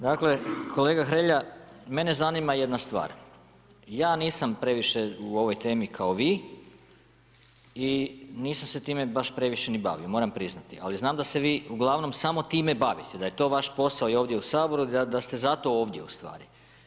Dakle kolega Hrelja, mene zanima jedna stvar, ja nisam previše u ovoj temi kao vi i nisam se time baš previše ni bavio, moram priznati, ali znam da se vi uglavnom samo time bavite, da je to vaš posao i ovdje u Saboru, da ste zato ovdje ustvari.